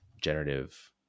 generative